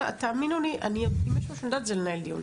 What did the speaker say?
תאמינו לי, אם יש משהו שאני יודעת זה לנהל דיון.